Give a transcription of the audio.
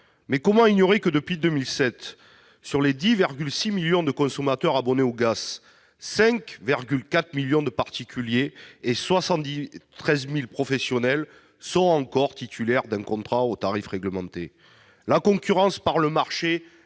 comment ignorer que, depuis 2007, sur les 10,6 millions de consommateurs abonnés au gaz, 5,4 millions de particuliers et 73 000 professionnels sont encore titulaires d'un contrat au tarif réglementé ? La concurrence par le marché